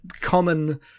common